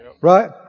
Right